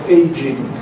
aging